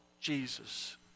Jesus